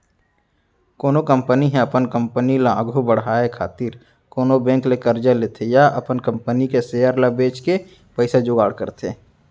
कोनो कंपनी ह अपन कंपनी ल आघु बड़हाय खातिर कोनो बेंक ले करजा लेथे या अपन कंपनी के सेयर ल बेंच के पइसा जुगाड़ करथे